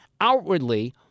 Outwardly